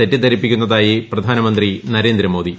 തെറ്റിദ്ധരിപ്പിക്കുന്നതായി പ്രധാനമന്ത്രി നരേന്ദ്രമോദി